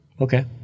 Okay